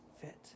fit